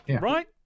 Right